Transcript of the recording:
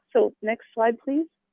so next slide please.